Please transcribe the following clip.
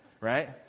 right